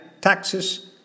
taxes